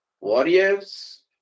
warriors